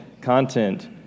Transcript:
content